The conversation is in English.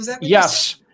Yes